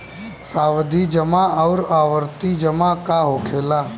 सावधि जमा आउर आवर्ती जमा का होखेला?